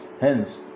Hence